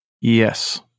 Yes